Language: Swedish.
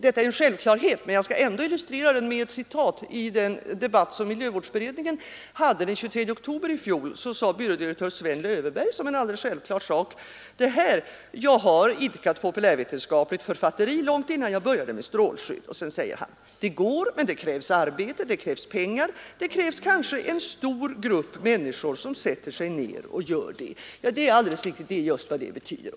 Detta är en självklarhet. Men jag skall ändå illustrera det med ett citat från den debatt som miljövårdsberedningen hade den 23 oktober i fjol och där byrådirektör Sven Löfveberg anförde följande som alldeles självklart: ”Jag har idkat populärvetenskapligt författeri långt innan jag började med strålskydd. — Det går, men det krävs arbete, det krävs pengar, det krävs kanske en stor grupp människor som sätter sig ner och gör det.” Det är alldeles riktigt — det är just vad det betyder.